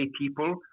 people